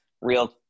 real